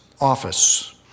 office